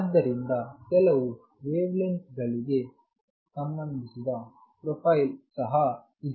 ಆದ್ದರಿಂದ ಕೆಲವು wavelength ಗಳಿಗೆ ಸಂಬಂಧಿಸಿದ ಪ್ರೊಫೈಲ್ ಸಹ ಇದೆ